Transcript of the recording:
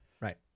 Right